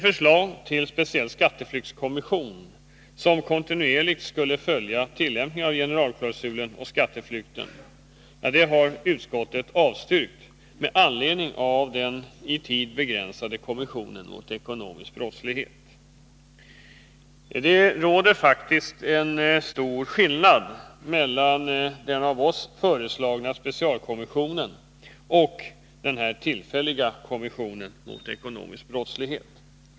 Förslaget till speciell skatteflyktskommission, som kontinuerligt skulle följa tillämpningen av generalklausulen och skatteflykten, har utskottet avstyrkt med anledning av den i tid begränsade kommissionen mot ekonomisk brottslighet. Det råder faktiskt stor skillnad mellan den av oss föreslagna specialkommissionen och denna tillfälliga kommission mot ekonomisk brottslighet.